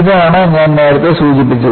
ഇതാണ് ഞാൻ നേരത്തെ സൂചിപ്പിച്ചത്